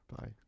Bye